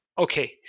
okay